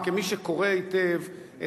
כמי שקורא היטב,